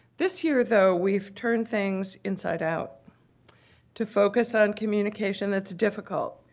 this year, though, we've turned things inside out to focus on communication that's difficult,